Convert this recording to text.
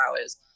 hours